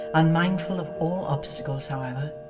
unmindful of all obstacles, however,